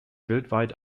weltweit